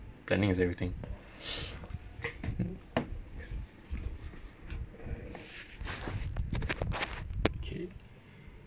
planning is everything mm okay